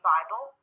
Bible